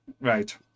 right